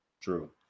True